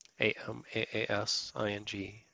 A-M-A-A-S-I-N-G